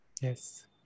Yes